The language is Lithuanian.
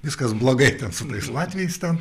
viskas blogai ten su tais latviais ten